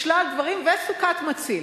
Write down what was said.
כולל רשיון לשלל דברים, וסוכת מציל.